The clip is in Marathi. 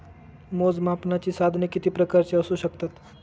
मोजमापनाची साधने किती प्रकारची असू शकतात?